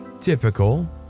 Typical